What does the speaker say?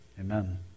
Amen